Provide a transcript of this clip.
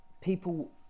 people